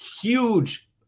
huge